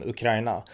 Ukraina